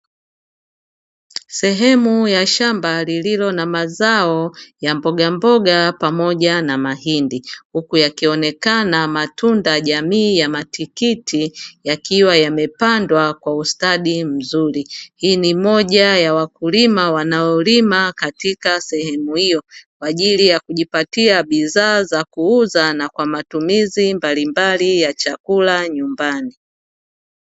Sehemu ya shamba lililo na mazao ya mboga mboga pamoja na mahindi; huku yakionekana matunda jamii ya matikiti yakiwa yamepandwa kwa ustadi mzuri. Hii ni moja ya wakulima wanaolima katika sehemu hiyo, kwaajili ya kujipatia bidhaa za kuuza na kwa matumizi mbalimbali ya chakula nyumbani.